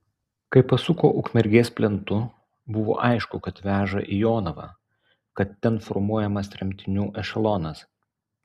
kai pasuko ukmergės plentu buvo aišku kad veža į jonavą kad ten formuojamas tremtinių ešelonas